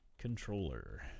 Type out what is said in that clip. Controller